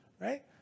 right